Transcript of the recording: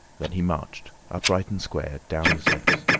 then he marched, upright and square, down the steps.